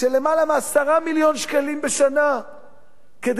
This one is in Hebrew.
של יותר מ-10 מיליון שקלים בשנה כדי